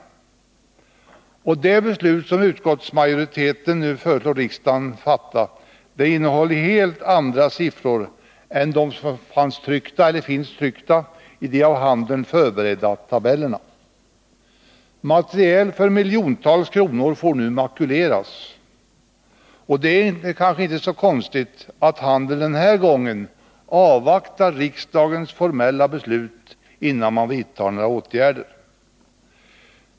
Det beslut som utskottsmajoriteten nu föreslår att riksdagen skall fatta innehåller helt andra siffror än dem som finns tryckta i de av handeln förberedda tabellerna. Material för miljontals kronor får nu makuleras. Det är kanske inte så konstigt att handeln den här gången avvaktar riksdagens formella beslut innan några åtgärder vidtas.